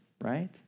right